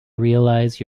realize